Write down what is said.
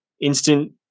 instant